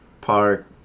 park